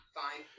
fine